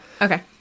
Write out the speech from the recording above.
Okay